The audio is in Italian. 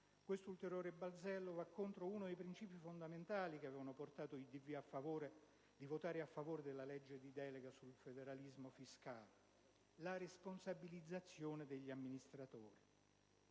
Questo ulteriore balzello va contro uno dei principi fondamentali che avevano portato l'Italia dei Valori a votare a favore della legge delega sul federalismo fiscale: la responsabilizzazione degli amministratori.